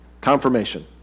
confirmation